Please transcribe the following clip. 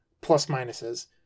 plus-minuses